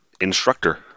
instructor